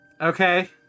Okay